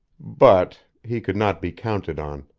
but he could not be counted on.